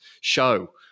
show